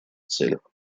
целях